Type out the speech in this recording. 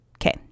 Okay